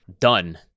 done